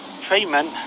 treatment